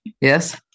Yes